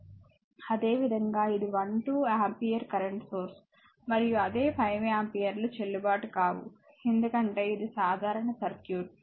అదేవిధంగా ఇది 1 2 ampere current source మరియు అదే 5 ఆంపియర్లు చెల్లుబాటు కావు ఎందుకంటే ఇది సాధారణ సర్క్యూట్